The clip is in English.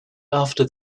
after